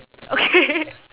okay